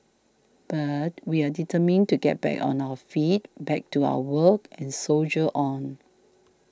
but we are determined to get back on our feet back to our work and soldier on